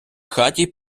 хаті